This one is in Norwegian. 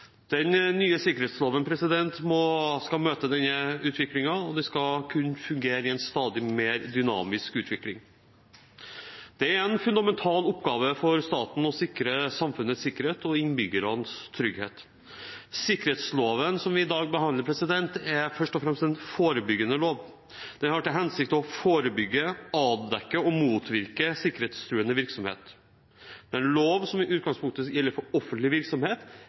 Den nye sikkerhetsloven skal møte denne utviklingen, og den skal kunne fungere i en stadig mer dynamisk utvikling. Det er en fundamental oppgave for staten å sikre samfunnets sikkerhet og innbyggernes trygghet. Sikkerhetsloven som vi i dag behandler, er først og fremst en forebyggende lov. Den har til hensikt å forebygge, avdekke og motvirke sikkerhetstruende virksomhet. Det er en lov som i utgangspunktet gjelder for offentlig virksomhet,